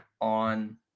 on